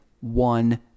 one